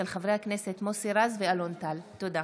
תודה.